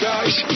Guys